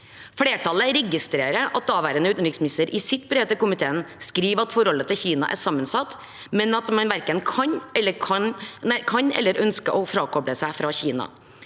Flertallet registrerer at daværende utenriksminister i sitt brev til komiteen skriver at forholdet til Kina er sammensatt, men at man verken kan eller ønsker å frakoble seg fra Kina.